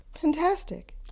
fantastic